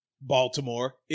Baltimore